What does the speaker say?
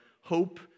Hope